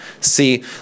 See